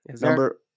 Number